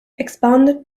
expanded